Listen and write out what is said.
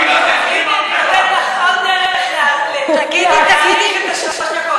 תגידי רק מה הוא כתב עלייך, שכולם ידעו.